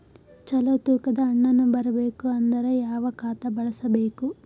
ಚಲೋ ತೂಕ ದ ಹಣ್ಣನ್ನು ಬರಬೇಕು ಅಂದರ ಯಾವ ಖಾತಾ ಬಳಸಬೇಕು?